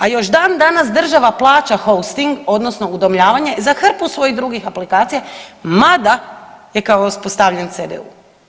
A još dan danas država plaća Hosting, odnosno udomljavanje za hrpu drugih svojih aplikacija mada je kao uspostavljen CDU.